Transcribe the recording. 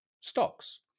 stocks